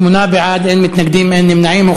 שמונה בעד, אין מתנגדים, אין נמנעים.